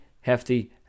hefty